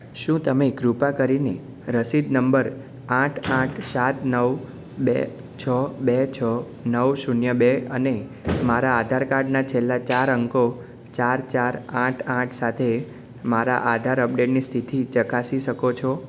શું તમે કૃપા કરીને રસીદ નંબર આઠ આઠ સાત નવ બે છ બે છ નવ શૂન્ય બે અને મારા આધાર કાર્ડના છેલ્લા ચાર અંકો ચાર ચાર આઠ આઠ સાથે મારા આધાર અપડેટની સ્થિતિ ચકાસી શકો છો